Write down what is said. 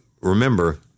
remember